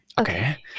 Okay